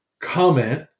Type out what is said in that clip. comment